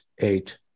eight